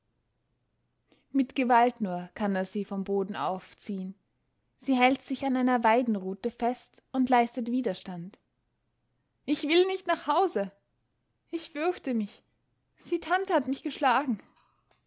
mit gewalt nur kann er sie vom boden aufziehen sie hält sich an einer weidenrute fest und leistet widerstand ich will nicht nach hause ich fürchte mich die tante hat mich geschlagen